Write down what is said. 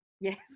Yes